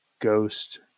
ghost